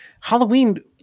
Halloween